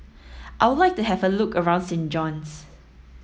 I would like to have a look around Saint John's